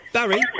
Barry